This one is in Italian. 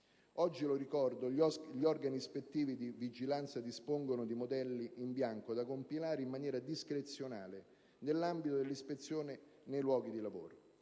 Oggi, lo ricordo, gli organi ispettivi di vigilanza dispongono di modelli in bianco, da compilare in maniera discrezionale nell'ambito delle ispezioni nei luoghi di lavoro.